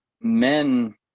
men